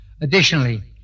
Additionally